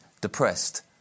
depressed